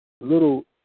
Little